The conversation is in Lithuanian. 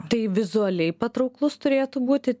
tai vizualiai patrauklus turėtų būti